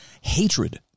Hatred